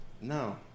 No